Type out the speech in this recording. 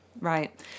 right